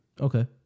Okay